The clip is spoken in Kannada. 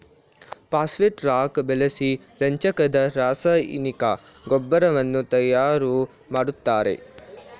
ಪಾಸ್ಪೆಟ್ ರಾಕ್ ಬಳಸಿ ರಂಜಕದ ರಾಸಾಯನಿಕ ಗೊಬ್ಬರವನ್ನು ತಯಾರು ಮಾಡ್ತರೆ